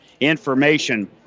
information